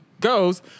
goes